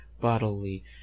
bodily